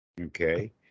Okay